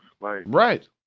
Right